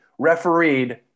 refereed